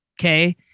Okay